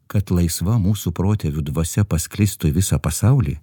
kad laisva mūsų protėvių dvasia pasklistų į visą pasaulį